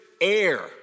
air